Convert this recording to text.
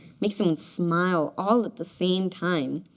make someone smile all at the same time.